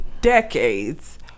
decades